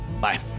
Bye